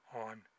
on